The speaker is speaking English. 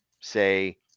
say